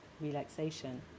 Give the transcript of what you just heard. relaxation